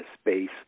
space